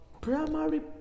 primary